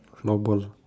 floorball